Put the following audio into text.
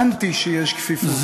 לא טענתי שיש כפיפות.